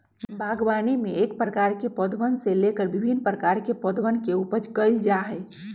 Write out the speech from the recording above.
बागवानी में एक प्रकार के पौधवन से लेकर भिन्न प्रकार के पौधवन के उपज कइल जा हई